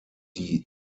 die